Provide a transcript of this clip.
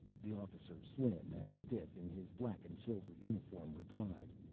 the officer, slim and stiff in his black-and-silver uniform, replied.